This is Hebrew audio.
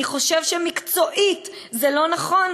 אני חושב שמקצועית זה לא נכון.